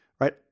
right